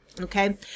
okay